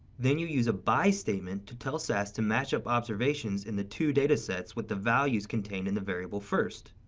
then you use a by statement to tell sas match up observations in the two data sets with the values contained in the variable first.